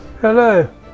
Hello